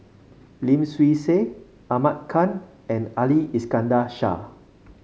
Lim Swee Say Ahmad Khan and Ali Iskandar Shah